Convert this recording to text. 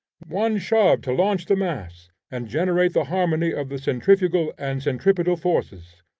one shove to launch the mass and generate the harmony of the centrifugal and centripetal forces.